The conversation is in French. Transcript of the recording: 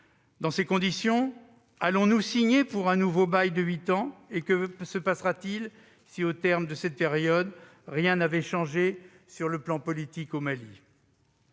Dans ces conditions, allons-nous signer pour un nouveau bail de huit ans ? Que se passera-t-il si, au terme de cette période, rien n'a changé sur le plan politique au Mali ?